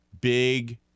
Big